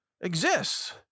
exists